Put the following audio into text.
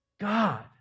God